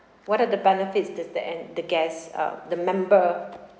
what are the benefits this the and the guests uh the member